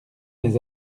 mes